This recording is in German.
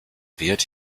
wird